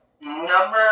number